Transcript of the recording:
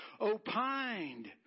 opined